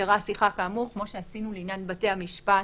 התאפשרה שיחה כאמור, כמו שעשינו לגבי בתי המשפט